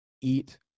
eat